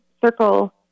circle